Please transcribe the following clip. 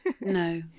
No